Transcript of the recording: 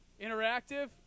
interactive